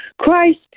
Christ